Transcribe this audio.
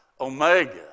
omega